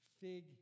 Fig